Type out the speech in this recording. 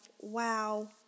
wow